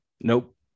Nope